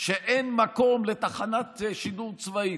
שאין מקום לתחנת שידור צבאית.